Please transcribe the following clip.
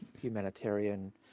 humanitarian